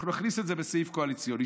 אנחנו נכניס את זה בסעיף קואליציוני,